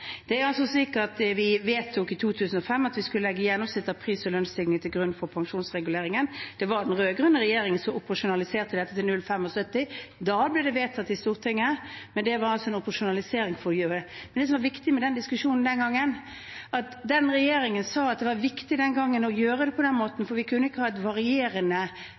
Det er slik at vi i 2005 vedtok at vi skulle legge gjennomsnittet av pris- og lønnsstigningen til grunn for pensjonsreguleringen. Det var den rød-grønne regjeringen som operasjonaliserte dette til 0,75. Da ble det vedtatt i Stortinget, og det var altså en operasjonalisering. Men det som var viktig med den diskusjonen, var at regjeringen den gangen sa at det var viktig å gjøre det på den måten fordi vi ikke kunne ha et varierende